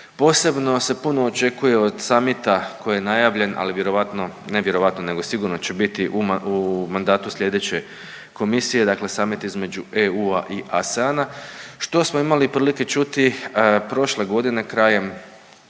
Posebno se puno očekuje od summita koji je najavljen, ali vjerojatno, ne vjerovatno nego sigurno će biti u mandatu sljedeće Komisije, dakle summit između EU-a i ASEAN-a što smo imali prilike čuti prošle godine krajem